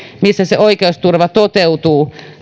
missä se oikeusturva toteutuu